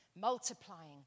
multiplying